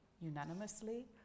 unanimously